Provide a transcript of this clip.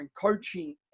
coaching